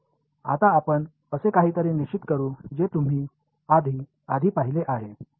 आता आपण असे काहीतरी निश्चित करू जे तुम्ही आधी आधी पाहिले आहे